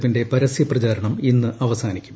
പ്പിന്റെ പരസ്യ പ്രചാരണം ഇന്ന് അവസാനിക്കും